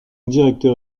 directeur